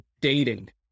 dating